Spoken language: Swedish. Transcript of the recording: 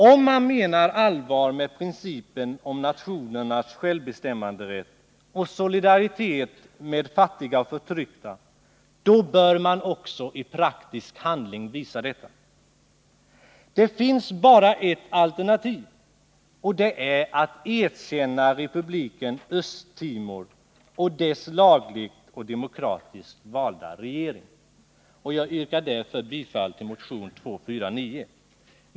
Om man menar allvar med principen om nationernas självbestämmanderätt och solidaritet med fattiga och förtryckta, då bör man också i praktisk handling visa detta. Då finns bara ett alternativ, och det är att erkänna republiken Östtimor och dess lagligt och demokratiskt valda regering. Jag yrkar därför bifall till motion 249.